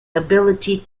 ability